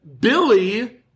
Billy